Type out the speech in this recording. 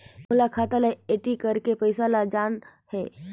मोला खाता ला एंट्री करेके पइसा ला जान हे?